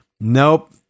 nope